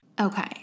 Okay